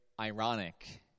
ironic